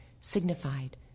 signified